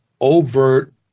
overt